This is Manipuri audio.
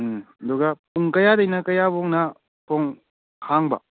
ꯎꯝ ꯑꯗꯨꯒ ꯄꯨꯡ ꯀꯌꯥꯗꯩꯅ ꯀꯌꯥꯐꯧꯅ ꯊꯣꯡ ꯍꯥꯡꯕ